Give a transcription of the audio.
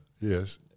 Yes